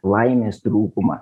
laimės trūkumą